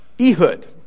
Ehud